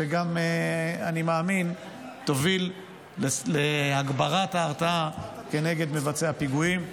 ואני גם מאמין שתוביל להגברת ההרתעה כנגד מבצעי הפיגועים.